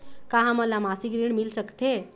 का हमन ला मासिक ऋण मिल सकथे?